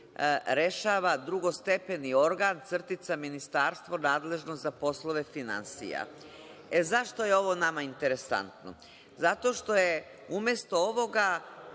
drugostepeni organ – ministarstvo nadležno za poslove finansija.Zašto je ovo nama interesantno? Zato što je umesto ovoga